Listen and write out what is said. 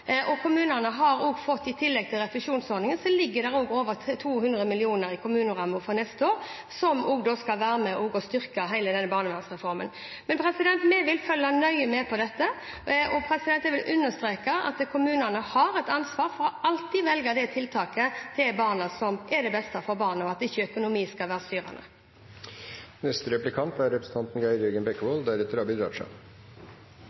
til kommunene gjennom rammen, og i tillegg til refusjonsordningen ligger det også over 200 mill. kr i kommunerammen for neste år som skal være med og styrke hele denne barnevernsreformen. Vi vil følge nøye med på dette, og jeg vil understreke at kommunene har et ansvar for alltid å velge det tiltaket som er det beste for barnet, og at ikke økonomi skal være styrende. Som jeg sa i mitt innlegg, synes jeg det er